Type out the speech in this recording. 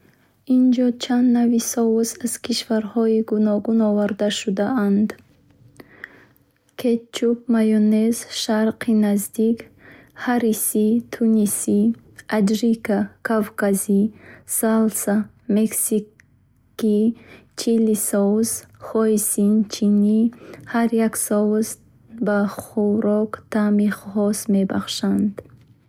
Инҷо чанд навъи соус аз кишварҳои гуногун оварда шудаанд: кетчуп, майонез, шарқи наздик, харисса тунусӣ беарнез франсавӣ, терияки японӣ, аджика кавказӣ, сальса мексикӣ, чили соус, хоисин чини. Ҳар як соус ба хӯрок таъми хос мебахшад.